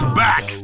back